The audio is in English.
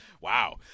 Wow